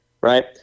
right